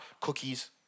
cookies